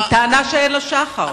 היא טענה שאין לה שחר.